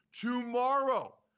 tomorrow